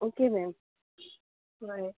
okay ma'am कळ्ळें